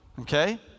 Okay